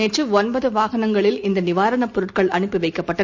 இன்றுஒன்பதுவாகனங்களில் இந்தநிவாரணப் பொருட்கள் அனுப்பிவைக்கப்பட்டன